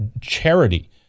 charity